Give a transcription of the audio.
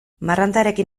marrantarekin